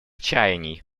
чаяний